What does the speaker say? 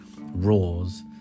roars